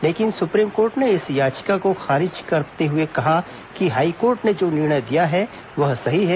लेकिन supreme court ने इस याचिका को खारिज करते हुए कहा कि हाईकोर्ट ने जो निर्णय दिया है वो सही है